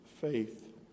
faith